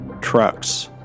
Trucks